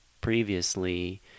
previously